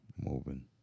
moving